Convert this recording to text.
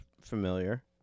familiar